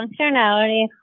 functionality